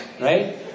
right